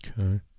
Okay